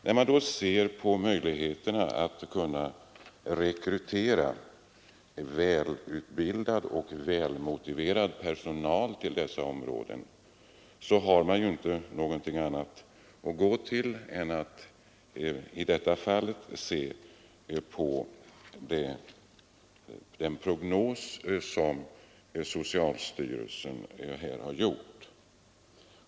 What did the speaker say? När man då undersöker möjligheterna att rekrytera välutbildad och välmotiverad personal till dessa båda områden, så finner man att det inte finns något annat att gå efter än den prognos som socialstyrelsen har gjort.